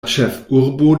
ĉefurbo